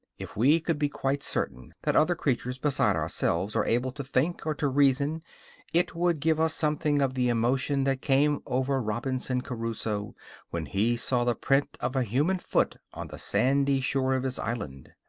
if we could be quite certain that other creatures beside ourselves are able to think or to reason it would give us something of the emotion that came over robinson crusoe when he saw the print of a human foot on the sandy shore of his island.